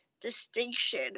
distinction